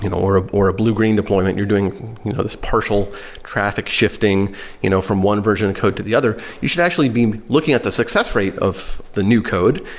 you know or ah or a bluegreen deployment, you're doing you know this partial traffic shifting you know from one version of code to the other, you should actually be looking at the success rate of the new code.